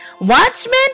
Watchmen